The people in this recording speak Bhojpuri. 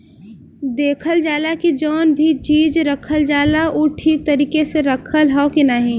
देखल जाला की जौन भी चीज रखल जाला उ ठीक तरीके से रखल हौ की नाही